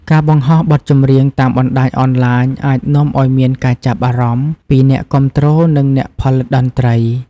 ការបង្ហោះបទចម្រៀងតាមបណ្ដាញអនឡាញអាចនាំឱ្យមានការចាប់អារម្មណ៍ពីអ្នកគាំទ្រនិងអ្នកផលិតតន្ត្រី។